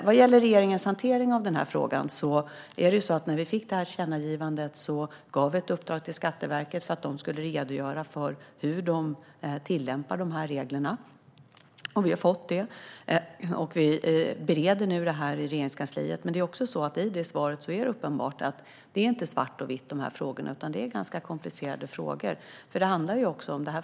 Vad gäller regeringens hantering av frågan gav vi, när vi fick tillkännagivandet, ett uppdrag till Skatteverket att redogöra för hur de tillämpar reglerna. Vi har fått svaret och bereder det nu i Regeringskansliet. Men i svaret är det uppenbart att det inte är svart eller vitt, utan det är ganska komplicerade frågor.